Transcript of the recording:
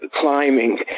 climbing